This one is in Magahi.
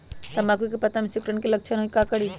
तम्बाकू के पत्ता में सिकुड़न के लक्षण हई का करी?